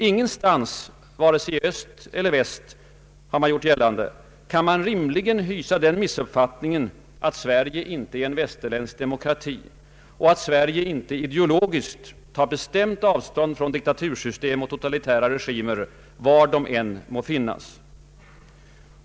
Ingenstans, vare sig i Öst eller Väst — har det gjorts gällande — kan man rimligen hysa den missuppfatt ningen att Sverige inte är en västerländsk demokrati och att Sverige inte ideologiskt tar bestämt avstånd från diktatursystem och totalitära regimer, var de än må finnas.